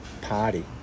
party